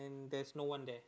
there's no one there